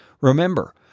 Remember